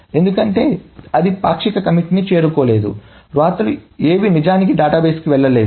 ఎందుకంటే అది పాక్షిక కమిట్ని చేరుకోలేదు వ్రాతలు ఏవీ నిజానికి డేటాబేస్కు వెళ్లలేదు